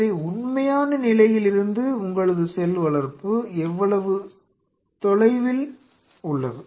எனவே உண்மையான நிலையிலிருந்து உங்களது செல் வளர்ப்பு எவ்வளது தொலைவில் உள்ளது